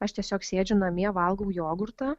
aš tiesiog sėdžiu namie valgau jogurtą